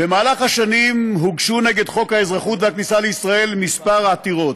במהלך השנים הוגשו נגד חוק האזרחות והכניסה לישראל כמה עתירות.